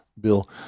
Bill